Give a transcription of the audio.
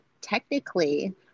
technically